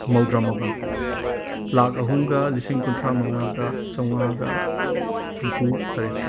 ꯃꯧꯗ꯭ꯔꯥꯃꯉꯥ ꯂꯥꯛ ꯑꯍꯨꯝꯒ ꯂꯤꯁꯤꯡ ꯀꯨꯟꯊ꯭ꯔꯥꯃꯉꯥꯒ ꯆꯥꯎꯉꯥꯒ ꯍꯨꯝꯐꯨꯇꯔꯦꯠꯀ